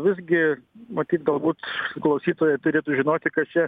visgi matyt galbūt klausytojai turėtų žinoti kad čia